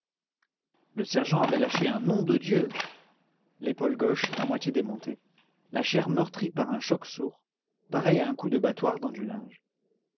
le sergent avait lâché un nom de dieu l'épaule gauche à moitié démontée la chair meurtrie par un choc sourd pareil à un coup de battoir dans du linge